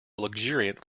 luxuriant